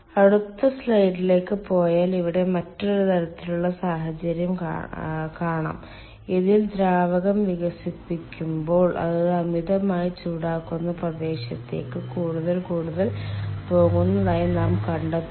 അടുത്ത സ്ലൈഡിലേക്ക് പോയാൽ ഇവിടെ മറ്റൊരു തരത്തിലുള്ള സാഹചര്യം കാണാം ഇതിൽ ദ്രാവകം വികസിക്കുമ്പോൾ അത് അമിതമായി ചൂടാകുന്ന പ്രദേശത്തേക്ക് കൂടുതൽ കൂടുതൽ പോകുന്നതായി നാം കണ്ടെത്തുന്നു